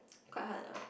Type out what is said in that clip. quite hard lah